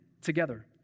together